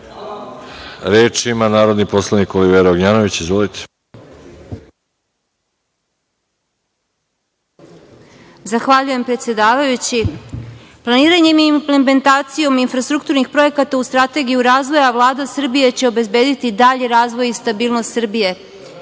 ima narodni poslanik Olivera Ognjanović. Izvolite. **Olivera Ognjanović** Zahvaljujem, predsedavajući. Planiranom implementacijom infrastrukturnih projekata u strategiju razvoja, Vlada Srbije će obezbediti dalji razvoj i stabilnost Srbije. Evo,